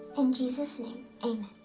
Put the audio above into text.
in jesus' name, amen.